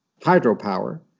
hydropower